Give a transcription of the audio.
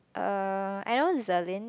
um I know Zelyn